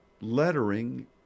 lettering